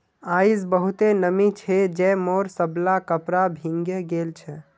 आइज बहुते नमी छै जे मोर सबला कपड़ा भींगे गेल छ